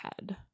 head